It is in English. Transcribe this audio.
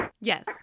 Yes